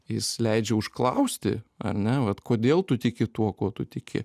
jis leidžia užklausti ar ne vat kodėl tu tiki tuo kuo tu tiki